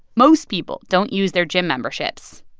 most people don't use their gym memberships.